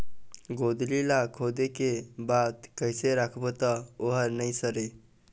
गोंदली ला खोदे के बाद कइसे राखबो त ओहर नई सरे?